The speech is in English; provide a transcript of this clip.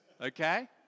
okay